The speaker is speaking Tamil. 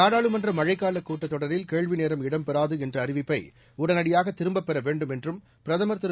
நாடாளுமன்ற மழைக்கால கூட்டத் தொடரில் கேள்வி நேரம் இடம்பெறாது என்ற அறிவிப்பை உடனடியாக திரும்பப் பெற வேண்டும் என்று பிரதமர் திரு